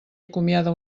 acomiada